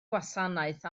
gwasanaeth